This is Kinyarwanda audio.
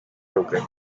rugagi